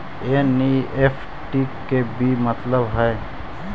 NEFT के कि मतलब होइ?